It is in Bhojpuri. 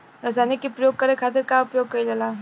रसायनिक के प्रयोग करे खातिर का उपयोग कईल जाला?